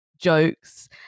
jokes